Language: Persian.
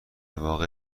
واقع